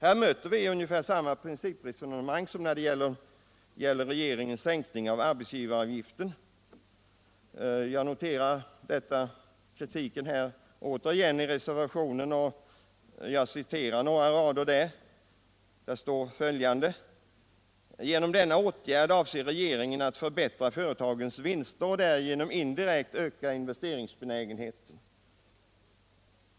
Här möter vi ungefär samma principresonemang som när det gäller regeringens sänkning av arbetsgivaravgiften. Jag noterar återigen denna kritik i reservationen. ur vilken jag citerar följande: "Genom denna åtgärd avser regeringen att förbättra företagens vinster och därigenom indirekt öka investeringsbenägenheten.